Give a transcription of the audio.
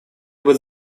быть